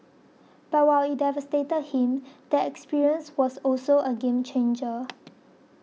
but while it devastated him the experience was also a game changer